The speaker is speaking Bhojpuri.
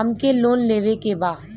हमके लोन लेवे के बा?